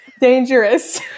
Dangerous